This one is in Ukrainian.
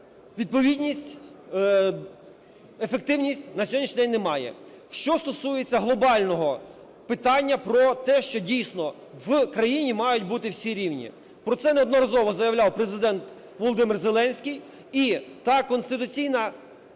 відповідність… ефективність на сьогоднішній день немає. Що стосується глобального питання про те, що, дійсно, в країні мають бути всі рівні. Про це неодноразово заявляв Президент Володимир Зеленський, і та конституційна